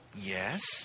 Yes